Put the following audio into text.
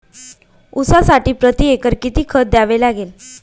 ऊसासाठी प्रतिएकर किती खत द्यावे लागेल?